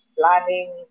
planning